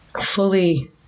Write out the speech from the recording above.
fully